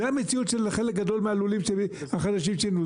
זאת המציאות של חלק גדול מהלולים החדשים שנבנו,